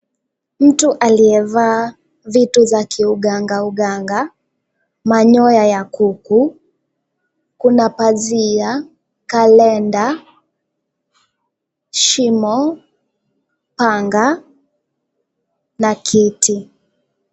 Mtu aliyevaa vitu za kiugangauganga, manyoya ya kuku, kuna pazia, kalenda, shimo, panga na kiti.